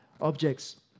objects